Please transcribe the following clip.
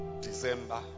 December